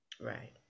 Right